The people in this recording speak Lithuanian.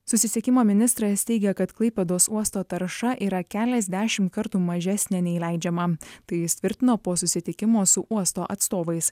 susisiekimo ministras teigia kad klaipėdos uosto tarša yra keliasdešim kartų mažesnė nei leidžiama tai jis tvirtino po susitikimo su uosto atstovais